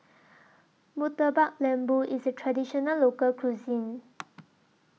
Murtabak Lembu IS A Traditional Local Cuisine